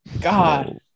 God